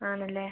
ആണല്ലേ